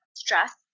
stress